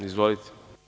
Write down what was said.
Izvolite.